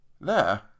There